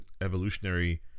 evolutionary